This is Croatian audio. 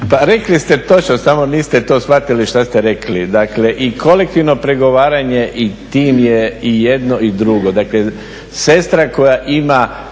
Pa rekli se točno, samo niste to shvatili šta ste rekli. Dakle i kolektivno pregovaranje i tim je i jedno i drugo. Dakle sestra koja ima